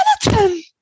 skeleton